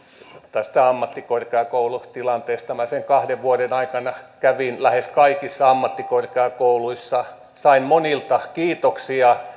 tästä ammattikorkeakoulutilanteesta minä sen kahden vuoden aikana kävin lähes kaikissa ammattikorkeakouluissa sain monilta kiitoksia